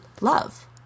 love